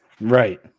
Right